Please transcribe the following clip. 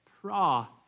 pra